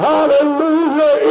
Hallelujah